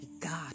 God